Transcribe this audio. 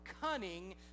cunning